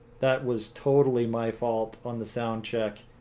that was totally my fault on the soundcheck